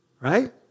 right